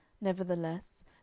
Nevertheless